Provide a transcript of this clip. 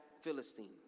Philistine